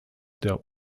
der